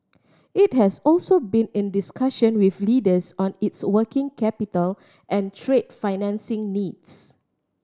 it has also been in discussion with lenders on its working capital and trade financing needs